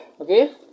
Okay